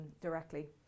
directly